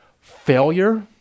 failure